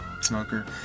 smoker